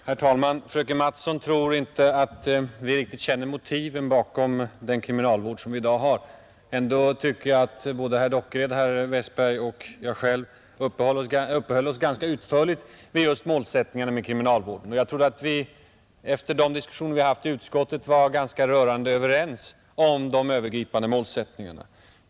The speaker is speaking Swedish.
Herr talman! Fröken Mattson tror inte att vi riktigt känner motiven bakom den kriminalvård som vi i dag har. Ändå tycker jag att herr Dockered, herr Westberg i Ljusdal och jag själv uppehöll oss ganska utförligt vid just kriminalvårdens målsättningar, och jag trodde att vi efter de diskussioner vi haft i utskottet var rörande överens om de övergripande målsättningarna.